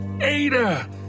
Ada